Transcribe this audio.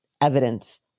evidence